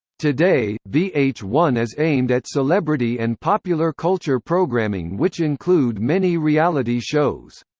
today, v h one is aimed at celebrity and popular culture programming which include many reality shows.